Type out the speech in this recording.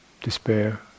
despair